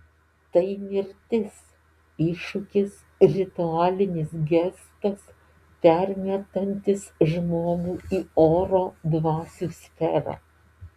tai mirtis iššūkis ritualinis gestas permetantis žmogų į oro dvasių sferą